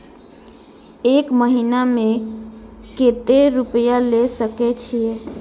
एक महीना में केते रूपया ले सके छिए?